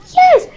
yes